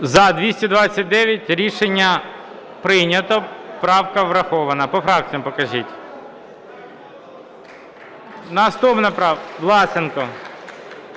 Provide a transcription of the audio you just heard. За-229 Рішення прийнято. Правка врахована. По фракціям покажіть. Наступна правка Власенка.